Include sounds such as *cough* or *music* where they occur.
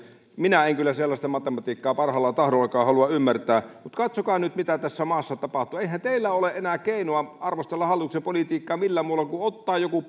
minä en kyllä sellaista matematiikkaa parhaalla tahdollakaan halua ymmärtää katsokaa nyt mitä tässä maassa tapahtuu eihän teillä ole enää keinoa arvostella hallituksen politiikkaa millään muulla kuin ottaa joku *unintelligible*